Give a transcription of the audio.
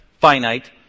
finite